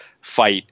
fight